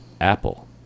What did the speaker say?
apple